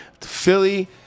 Philly